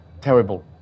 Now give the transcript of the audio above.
Terrible